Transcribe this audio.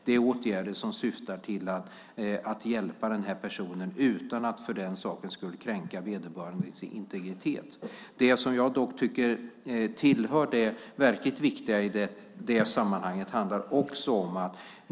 Det är åtgärder som syftar till att hjälpa den här personen utan att för den sakens skull kränka vederbörandes integritet. Det finns dock något som jag tycker tillhör det verkligt viktiga i sammanhanget.